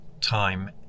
time